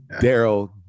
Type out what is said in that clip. Daryl